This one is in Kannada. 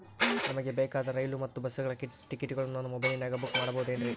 ನಮಗೆ ಬೇಕಾದ ರೈಲು ಮತ್ತ ಬಸ್ಸುಗಳ ಟಿಕೆಟುಗಳನ್ನ ನಾನು ಮೊಬೈಲಿನಾಗ ಬುಕ್ ಮಾಡಬಹುದೇನ್ರಿ?